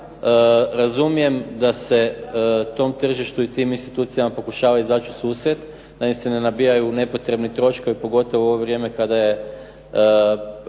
razumijem da se tom tržištu i tim institucijama pokušava izaći u susret, da im se ne nabijaju nepotrebni troškovi pogotovo u ovo vrijeme kada je